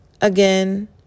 Again